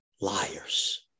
liars